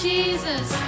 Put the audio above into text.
Jesus